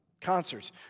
concerts